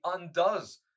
undoes